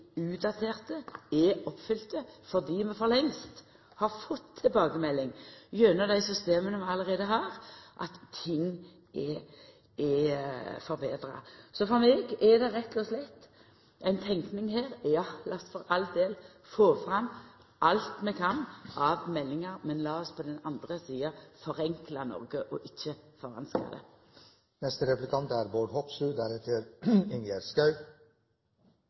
utdaterte, er oppfylte, fordi vi for lengst har fått tilbakemelding gjennom dei systema vi allereie har, om at ting er forbetra. Så for meg er det rett og slett ei tenking her: Ja, lat oss for all del få fram alt vi kan av meldingar, men lat oss på den andre sida forenkla noko og ikkje forvanska det. Det er